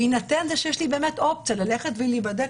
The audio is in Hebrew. בהינתן שיש לי באמת אופציות ללכת ולהיבדק